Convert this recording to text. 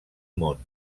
món